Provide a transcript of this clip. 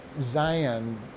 Zion